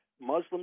Muslims